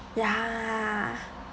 ya